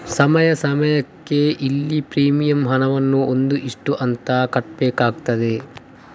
ಸಮಯ ಸಮಯಕ್ಕೆ ಇಲ್ಲಿ ಪ್ರೀಮಿಯಂ ಹಣವನ್ನ ಒಂದು ಇಷ್ಟು ಅಂತ ಕಟ್ಬೇಕಾಗ್ತದೆ